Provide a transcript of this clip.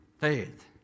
faith